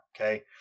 Okay